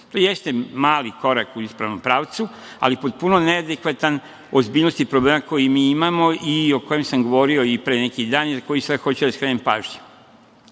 To jeste mali korak u ispravnom pravcu, ali potpuno neadekvatan ozbiljnosti problema koji mi imamo i o kojem sam govorio i pre neki dan i na koji sada hoću da skrenem pažnju. Dakle,